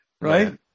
right